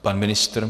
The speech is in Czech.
Pan ministr?